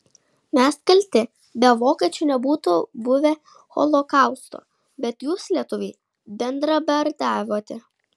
mes kalti be vokiečių nebūtų buvę holokausto bet jūs lietuviai bendradarbiavote